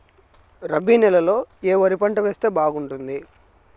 రబి నెలలో ఏ వరి పంట వేస్తే బాగుంటుంది